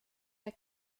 der